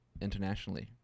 internationally